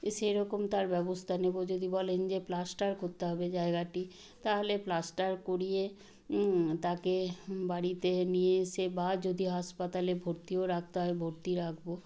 সেরকম তার ব্যবস্থা নেব যদি বলেন যে প্লাস্টার করতে হবে জায়গাটি তাহলে প্লাস্টার করিয়ে তাকে বাড়িতে নিয়ে এসে বা যদি হাসপাতালে ভর্তিও রাখতে হয় ভর্তি রাখব